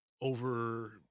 over